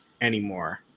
anymore